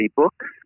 books